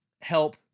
help